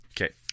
Okay